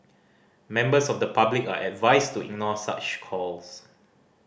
members of the public are advised to ignore such calls